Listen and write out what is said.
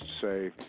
say